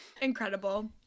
incredible